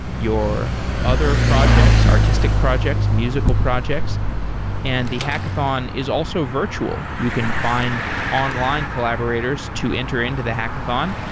your other projects, artistic projects, musical projects and the hackathon is also virtual. you can find online collaborators to enter into the hackathon,